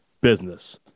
business